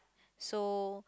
so